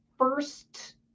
First